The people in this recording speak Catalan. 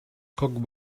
coc